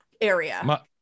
area